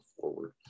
forward